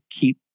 keep